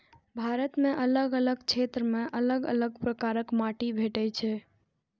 भारत मे अलग अलग क्षेत्र मे अलग अलग प्रकारक माटि भेटै छै